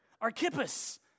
Archippus